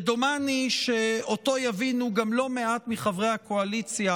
ודומני שאותו יבינו גם לא מעט מחברי הקואליציה